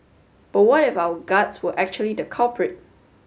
but what if our guts were actually the culprit